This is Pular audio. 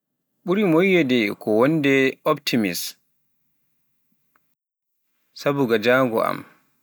MƁuri moyeede ko wonnde optimist, sabu nga jaango am.